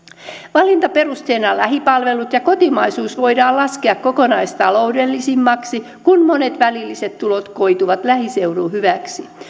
valintaperusteena lähipalvelut ja kotimaisuus voidaan laskea kokonaistaloudellisemmaksi kun monet välilliset tulot koituvat lähiseudun hyväksi